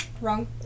Wrong